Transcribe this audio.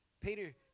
Peter